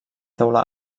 teula